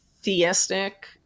theistic